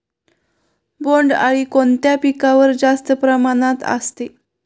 बोंडअळी कोणत्या पिकावर जास्त प्रमाणात असते?